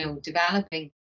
developing